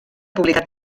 publicat